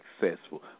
successful